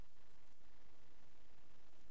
חברת הכנסת שמאלוב-ברקוביץ.